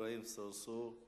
אברהים צרצור.